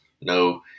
no